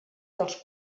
dels